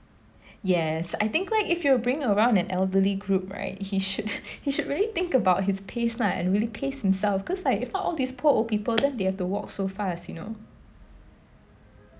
yes I think like if you're bringing around an elderly group right he should he should really think about his pace lah and really pace himself cause like if not all these poor people then they have to walk so fast you know